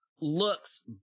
looks